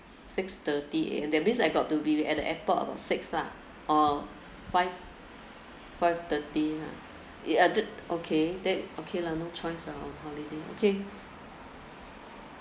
six thirty A_M that means I got to be at the airport about six lah orh five five thirty ha yeah I okay lah no choice lah on holiday okay